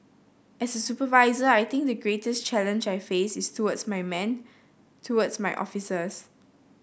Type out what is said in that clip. as a supervisor I think the greatest challenge I face is towards my men towards my officers